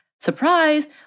surprise